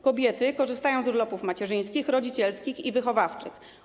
Kobiety korzystają z urlopów macierzyńskich, rodzicielskich i wychowawczych.